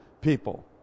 people